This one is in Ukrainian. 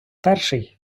перший